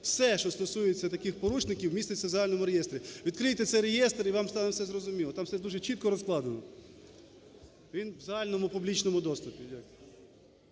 Все, що стосується таких порушників, міститься в загальному реєстрі. Відкрийте цей реєстр, і вам стане все зрозуміло, там все дуже чітко розкладено. Він в загальному публічному доступі.